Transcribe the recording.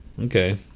Okay